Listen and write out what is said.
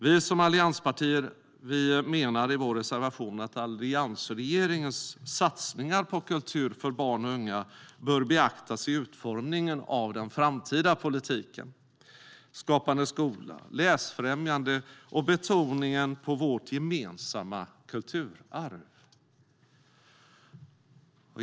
Vi som allianspartier menar i vår reservation att alliansregeringens satsningar på kultur för barn och unga bör beaktas i utformningen av den framtida politiken - Skapande skola, läsfrämjande och betoningen på vårt gemensamma kulturarv.